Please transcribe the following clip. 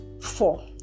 Four